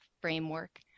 framework